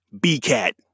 B-cat